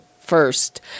First